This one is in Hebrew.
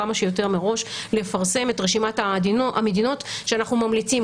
כמה שיותר מראש לפרסם את רשימת המדינות שאנחנו ממליצים,